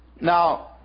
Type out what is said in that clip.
Now